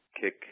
kick